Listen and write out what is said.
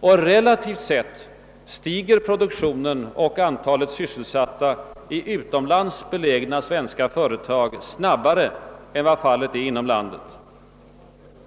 och relativt sett stiger produktionen och antalet sysselsatta j utomlands belägna svenska företag snabbare än vad fallet är inom landet.